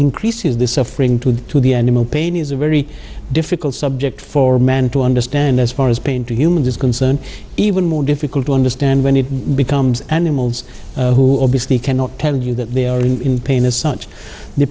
increases the suffering to the animal pain is a very difficult subject for a man to understand as far as pain to humans is concerned even more difficult to understand when it becomes animals who obviously cannot tell you that they are in pain as such the